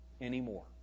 anymore